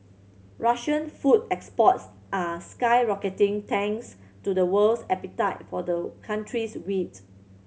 Russian food exports are skyrocketing thanks to the world's appetite for the country's wheat